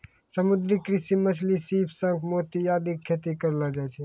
समुद्री कृषि मॅ मछली, सीप, शंख, मोती आदि के खेती करलो जाय छै